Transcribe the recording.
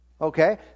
okay